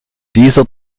dieser